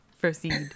Proceed